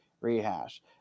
rehash